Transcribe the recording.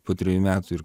po trejų metų ir